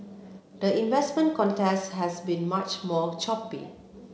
the investment contest has been much more choppy